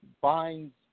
binds